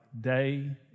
day